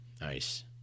Nice